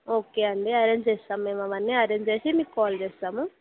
okay అండి arrange చేస్తాం మేము అవన్నీ అరేంజ్ చేసి మీకు కాల్ చేస్తాము